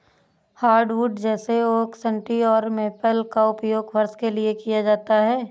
hardwood जैसे oak सन्टी और मेपल का उपयोग फर्श के लिए किया जाता है